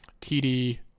td